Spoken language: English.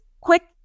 quick